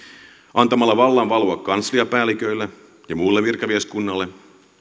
antamalla vallan valvoa kansliapäälliköille ja muulle virkamieskunnalle